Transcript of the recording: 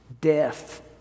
death